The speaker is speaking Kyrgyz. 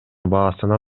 баасына